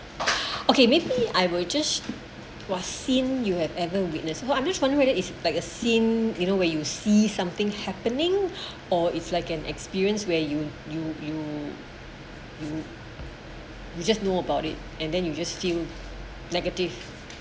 okay maybe I will just what scene you had ever witness what I'm just wonder whether is like a scene you know way you see something happening or it's like an experience where you you you you you just know about it and then you just still negative